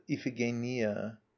iphigenia